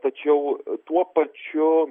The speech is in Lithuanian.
tačiau tuo pačiu